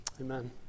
amen